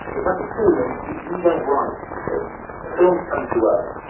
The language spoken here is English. but number two, and we don't write the films. the films come to us.